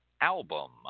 album